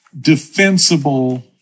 defensible